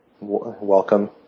Welcome